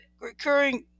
recurring